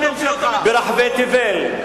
ברחבי תבל,